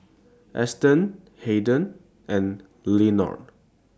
Essex Haden and Lenard